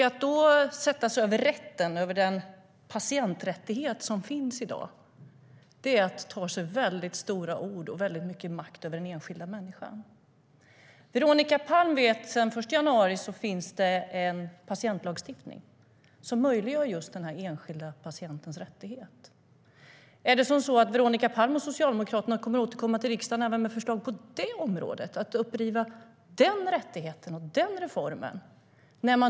Att då sätta sig över den patienträttighet som finns i dag är att ta sig väldigt mycket makt över den enskilda människan. Veronica Palm vet att det sedan den 1 januari finns en patientlagstiftning som möjliggör just den enskilda patientens rättighet. Har Veronica Palm och Socialdemokraterna tänkt återkomma till riksdagen med förslag även på det området, alltså om att uppriva den rättigheten och den reformen?